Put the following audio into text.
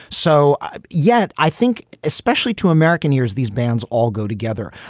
so yet i think especially to american ears these bands all go together.